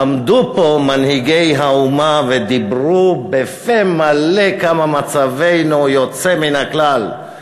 עמדו פה מנהיגי האומה ודיברו בפה מלא כמה מצבנו יוצא מן הכלל,